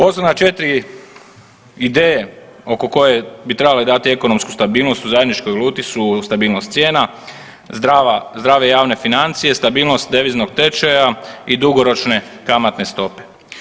Osnovne četiri ideje oko koje bi trebale dati ekonomsku stabilnost u zajedničkoj valuti su stabilnost cijena, zdrave javne financije, stabilnost deviznog tečaja i dugoročne kamatne stope.